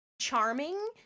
charming